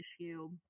issue